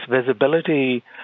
visibility